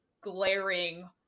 glaring